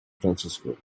francisco